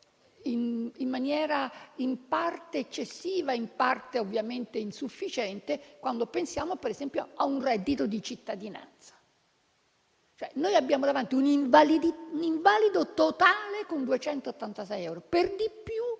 in maniera in parte eccessiva e in parte ovviamente insufficiente, quando pensiamo per esempio al reddito di cittadinanza. Noi abbiamo davanti un invalido totale con una pensione di 286